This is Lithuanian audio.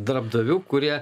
darbdavių kurie